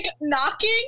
knocking